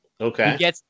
okay